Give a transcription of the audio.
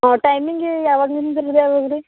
ಹಾಂ ಟೈಮಿಂಗೇ ಯಾವಾಗ್ಲಿಂದ್ರ ಯಾವಾಗ ರೀ